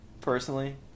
personally